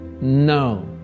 no